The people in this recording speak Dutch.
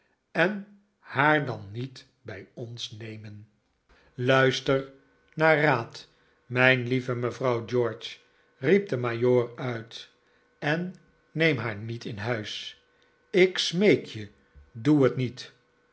en haar dan niet bij ons nemen luister na ar raad mijn lieve mevrouw george riep de majoor uit en neem haar niet in huis ik smeek je doe het niet